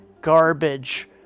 garbage